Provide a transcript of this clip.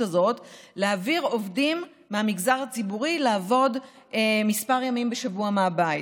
להעביר עובדים מהמגזר הציבורי לעבוד כמה ימים בשבוע מהבית,